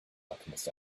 alchemist